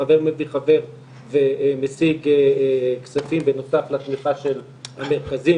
חבר מביא חבר ומשיג כספים בנוסף לתמיכה של המרכזים.